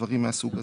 דברים מסוג הזה.